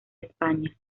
españa